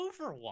Overwatch